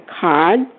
card